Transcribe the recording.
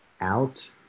out